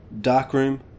darkroom